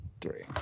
three